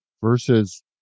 versus